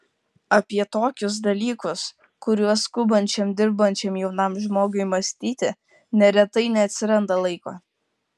apie tokius dalykus kuriuos skubančiam dirbančiam jaunam žmogui mąstyti neretai neatsiranda laiko